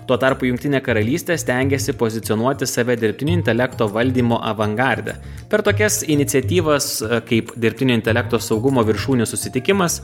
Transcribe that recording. tuo tarpu jungtinė karalystė stengiasi pozicionuoti save dirbtinio intelekto valdymo avangarde per tokias iniciatyvas kaip dirbtinio intelekto saugumo viršūnių susitikimas